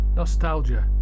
nostalgia